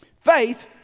Faith